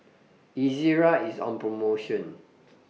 Ezerra IS on promotion